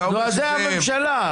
נו, אז זה הממשלה.